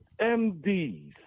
MDS